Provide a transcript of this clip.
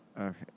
okay